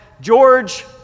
George